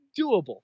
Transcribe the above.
doable